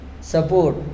support